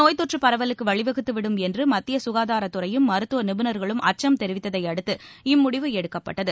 நோய்த் தொற்று பரவலுக்கு வழிவகுத்துவிடும் என்று மத்திய க்காதாரத்துறையும் மருத்துவ நிபுணர்களும் அச்சும் தெரிவித்ததை அடுத்து இம்முடிவு எடுக்கப்பட்டுள்ளது